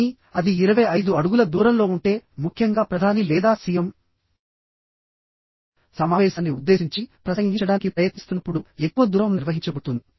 కానీ అది 25 అడుగుల దూరంలో ఉంటే ముఖ్యంగా ప్రధాని లేదా సిఎం సమావేశాన్ని ఉద్దేశించి ప్రసంగించడానికి ప్రయత్నిస్తున్నప్పుడు ఎక్కువ దూరం నిర్వహించబడుతుంది